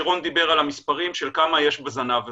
רון דיבר על המספרים של כמה יש בזנב הזה.